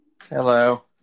Hello